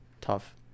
tough